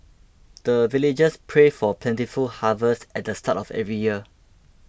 the villagers pray for plentiful harvest at the start of every year